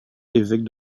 évêque